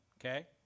okay